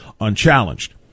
unchallenged